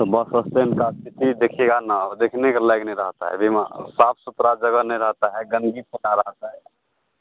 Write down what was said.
तो bus stand का स्थिति देखिएगा ना देखने के लायक नहीं रहता है साफ सुथरा जगह नहीं रहता है गंदगी फेका रहता है